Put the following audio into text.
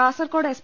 Kasaragod S